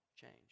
change